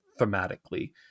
thematically